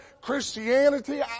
Christianity